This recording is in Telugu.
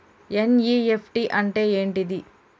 ఎన్.ఇ.ఎఫ్.టి అంటే ఏంటిది?